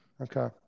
Okay